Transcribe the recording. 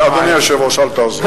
אדוני היושב-ראש, אל תעזור.